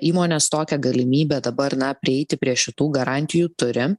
įmonės tokią galimybę dabar na prieiti prie šitų garantijų turi